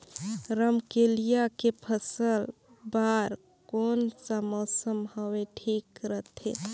रमकेलिया के फसल बार कोन सा मौसम हवे ठीक रथे?